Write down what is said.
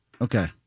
Okay